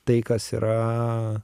tai kas yra